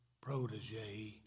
protege